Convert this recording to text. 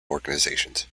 organizations